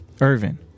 Irvin